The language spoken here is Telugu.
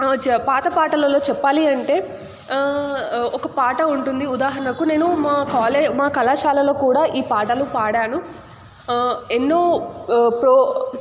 పాత పాటలలో చెప్పాలి అంటే ఒక పాట ఉంటుంది ఉదాహరణకు నేను మా కాలే మా కళాశాలలో కూడా ఈ పాటలు పాడాను ఎన్నో ప్రో